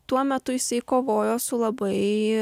tuo metu jisai kovojo su labai